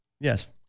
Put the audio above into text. yes